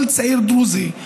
כל צעיר דרוזי,